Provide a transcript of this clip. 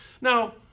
Now